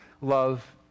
Love